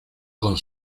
con